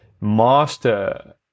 master